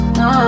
no